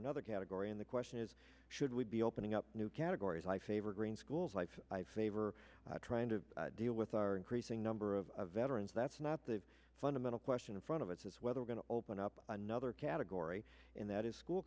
another category and the question is should we be opening up new categories i favor green schools life i favor trying to deal with our increasing number of veterans that's not the fundamental question in front of us is whether we're going to open up another category and that is school